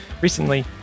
Recently